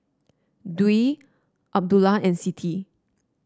Dwi Abdullah and Siti